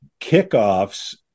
kickoffs